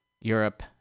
Europe